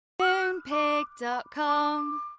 Moonpig.com